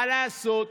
מה לעשות.